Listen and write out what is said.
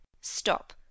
Stop